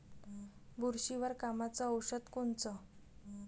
बुरशीवर कामाचं औषध कोनचं?